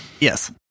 Yes